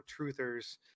truthers